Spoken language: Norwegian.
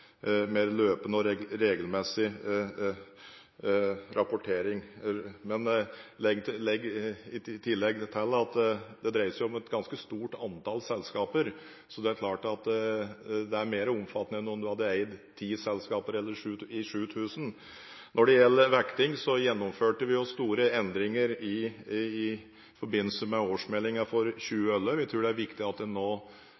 mer løpende og regelmessig rapportering. Men i tillegg dreier det seg om et ganske stort antall selskaper. Det er klart at det er mer omfattende når en eier 7 000 selskaper enn om en hadde eid ti selskaper. Når det gjelder vekting, gjennomførte vi store endringer i forbindelse med årsmeldingen for